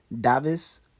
Davis